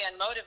unmotivated